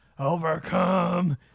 Overcome